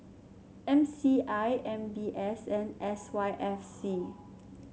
M C I M B S and S Y F C